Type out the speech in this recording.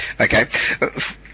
Okay